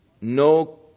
no